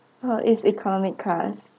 ha it's economic class